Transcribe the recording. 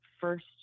first